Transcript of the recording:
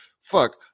Fuck